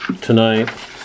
tonight